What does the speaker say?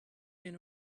been